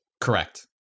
Correct